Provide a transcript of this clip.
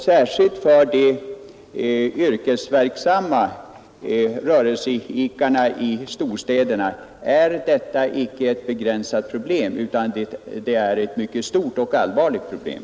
Särskilt för de yrkesverksamma rörelseidkarna i storstäderna är detta icke ett begränsat problem utan ett mycket stort och allvarligt problem.